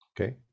Okay